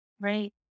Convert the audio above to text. Right